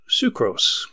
sucrose